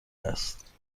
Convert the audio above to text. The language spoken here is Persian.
است